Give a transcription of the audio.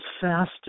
faster